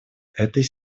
этой